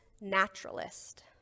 naturalist